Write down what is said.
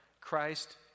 Christ